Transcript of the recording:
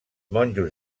monjos